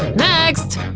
next!